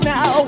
Now